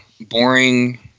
boring